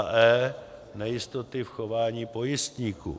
e) nejistoty v chování pojistníků;